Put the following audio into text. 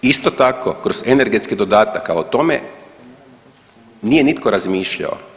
Isto tako, kroz energetskih dodataka o tome nije nitko razmišljao.